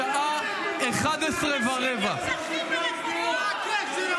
בשעה 11:15 --- די כבר, אנשים נרצחים ברחובות.